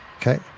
Okay